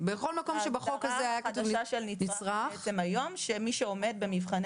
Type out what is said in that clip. ההגדרה החדשה של "נצרך" היא מי שעומד במבחני